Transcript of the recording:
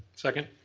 second.